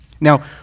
Now